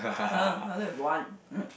I don't have one